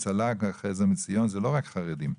זה לא רק חרדים.